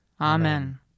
Amen